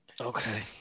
Okay